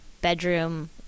bedroom